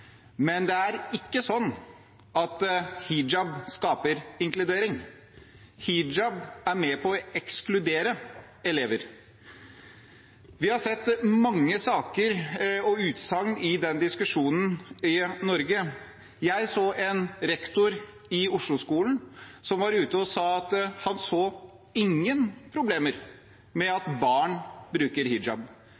Men hijab skaper ikke inkludering. Hijab er med på å ekskludere elever. Vi har sett mange saker og utsagn i den diskusjonen i Norge. Jeg så en rektor i Oslo-skolen som var ute og sa at han så ingen problemer med at